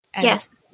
Yes